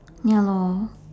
ya lor